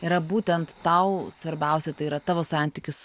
yra būtent tau svarbiausia tai yra tavo santykis